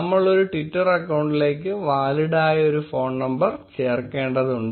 നമ്മൾ ഒരു ട്വിറ്റർ അക്കൌണ്ടിലേക്ക് വാലിഡായ ഒരു ഫോൺ നമ്പർ ചേർക്കേണ്ടതുണ്ട്